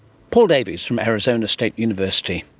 paul davies, from arizona state university.